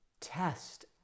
test